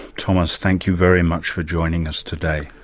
thomas, thank you very much for joining us today.